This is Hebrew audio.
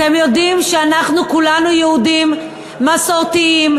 אתם יודעים שאנחנו כולנו יהודים מסורתיים,